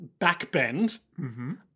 backbend